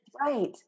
Right